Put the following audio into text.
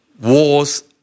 Wars